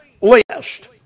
list